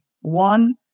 One